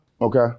Okay